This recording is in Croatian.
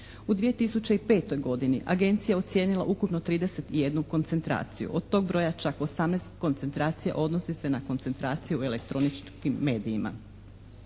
U 2005. godini Agencija je ocijenila ukupno 31 koncentraciju. Od tog broja čak 18 koncentracija odnosi se na koncentraciju u elektroničkim medijima.